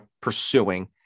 pursuing